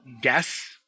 guess